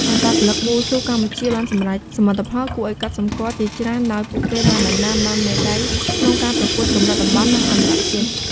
អត្តពលិកវ៉ូស៊ូកម្ពុជាបានសម្រេចសមិទ្ធផលគួរឲ្យកត់សម្គាល់ជាច្រើន ដោយពួកគេបានដណ្ដើមបានមេដាយក្នុងការប្រកួតកម្រិតតំបន់ និងអន្តរជាតិ។